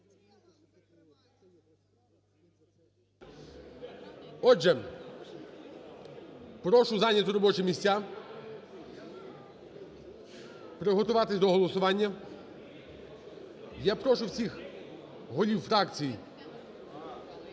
Отже, прошу зайняти робочі місця, приготуватися до голосування. Я прошу всіх голів фракцій